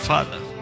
Father